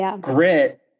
grit